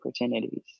opportunities